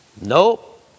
Nope